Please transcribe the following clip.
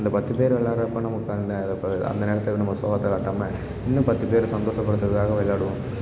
அந்த பத்துப் பேர் விள்ளாட்றப்ப நமக்கு அந்த இப்போ அந்த நேரத்தில் வந்து நம்ம சோகத்தை காட்டாமல் இன்னும் பத்துப்பேர சந்தோஷப்படுத்துறதுக்காக விளையாடுவோம்